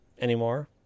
anymore